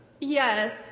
Yes